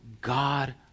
God